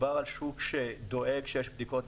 מדובר על שוק שדואג שיש בדיקות,